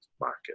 market